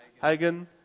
Hagen